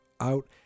out